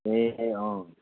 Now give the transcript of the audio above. ए अँ